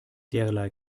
derlei